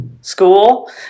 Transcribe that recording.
school